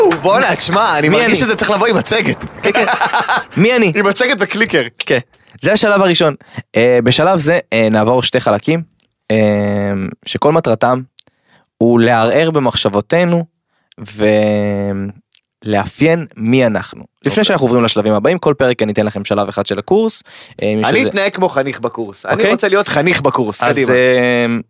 בואנה, תשמע, אני מי מרגיש אני? שזה צריך לבוא עם מצגת. כן, כן. מי אני? עם מצגת וקליקר. אוקיי. זה השלב הראשון. אה, בשלב זה, אה, נעבור שתי חלקים, אה, שכל מטרתם הוא לערער במחשבותינו ולאפיין מי אנחנו. לפני אוקיי. שאנחנו עוברים לשלבים הבאים, כל פרק אני אתן לכם שלב אחד של הקורס, אה, מי אני שזה- אתנהג כמו חניך בקורס. אני אוקיי? רוצה להיות חניך בקורס. אוקיי? קדימה. אז, אה,